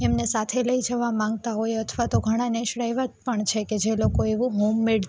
એમને સાથે લઈ જવા માંગતા હોય અથવા તો ઘણાં નેસડાં એવા પણ છે કે જે લોકો એવું હોમમેડ